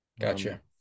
gotcha